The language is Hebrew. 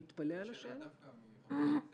אני מתפלא על השאלה דווקא מחברת כנסת.